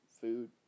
food